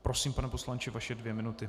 Prosím, pane poslanče, vaše dvě minuty.